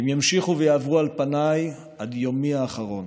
והם ימשיכו ויעברו על פניי עד יומי האחרון.